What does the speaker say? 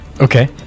okay